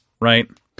right